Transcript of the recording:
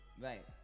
Right